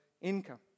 income